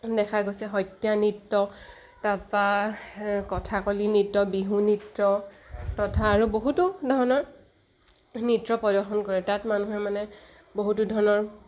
দেখা গৈছে সত্ৰীয়া নৃত্য তাৰপৰা কথাকলি নৃত্য বিহু নৃত্য তথা আৰু বহুতো ধৰণৰ নৃত্য প্ৰদৰ্শন কৰে তাত মানুহে মানে বহুতো ধৰণৰ